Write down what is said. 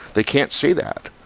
they can't say that,